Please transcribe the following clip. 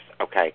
okay